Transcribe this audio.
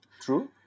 True